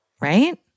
right